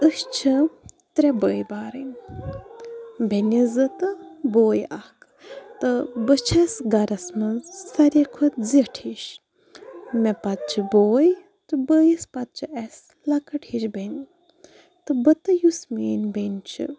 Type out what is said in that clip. أسۍ چھِ ترٛےٚ بٲے بارٕنۍ بیٚنہِ زٕ تہٕ بوے اَکھ تہٕ بہٕ چھَس گَھرَس منٛز ساروٕے کھۄتہٕ زِٹھ ہِشۍ مےٚ پَتہٕ چھُ بوے تہٕ بٲیِس پَتہٕ چھِ اسہِ لَکٕٹۍ ہِشۍ بیٚنہِ تہٕ بہٕ تہٕ یُس میٲنۍ بیٚنہِ چھِ